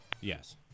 Yes